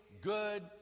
good